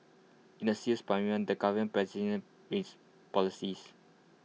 in A serious parliament the government presents its policies